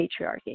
patriarchy